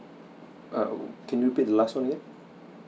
err can you repeat the last one again